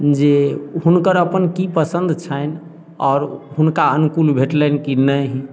जे हुनकर अपन की पसंद छनि आओर हुनका अनुकूल भेटलनि कि नहि